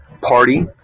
party